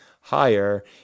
higher